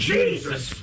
Jesus